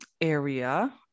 area